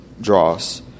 dross